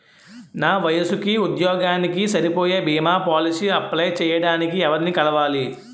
నా వయసుకి, ఉద్యోగానికి సరిపోయే భీమా పోలసీ అప్లయ్ చేయటానికి ఎవరిని కలవాలి?